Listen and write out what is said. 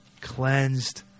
cleansed